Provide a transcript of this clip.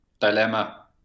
dilemma